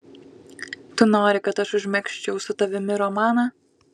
tu nori kad aš užmegzčiau su tavimi romaną